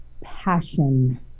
passion